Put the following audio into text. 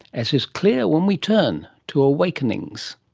as is clear when we turn to awakenings.